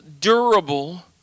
durable